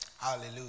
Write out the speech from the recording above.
Hallelujah